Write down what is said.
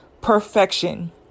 perfection